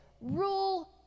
rule